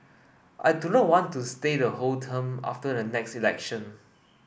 I do not want to stay the whole term after the next election